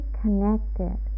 connected